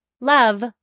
Love